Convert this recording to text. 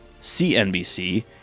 CNBC